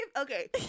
Okay